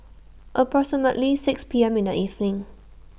approximately six P M in The evening